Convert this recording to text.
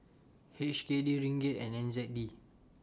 H K D Ringgit and N Z D